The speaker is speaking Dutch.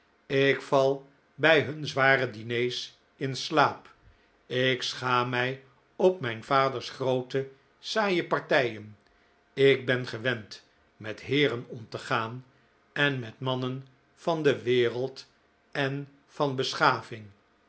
ik val bij hun zware diners in slaap ik schaam mij op mijn vaders groote saaie partijen ik ben gewend met heeren om te gaan en met mannen van de wereld en van beschaving